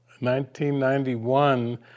1991